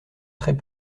très